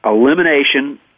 elimination